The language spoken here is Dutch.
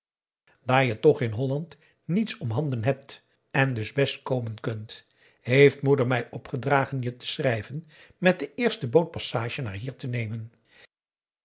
daar je toch in holland niets om handen aum boe akar eel hebt en dus best komen kunt heeft moeder mij opgedragen je te schrijven met de eerste boot passage naar hier te nemen